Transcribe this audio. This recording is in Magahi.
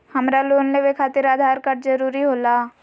हमरा लोन लेवे खातिर आधार कार्ड जरूरी होला?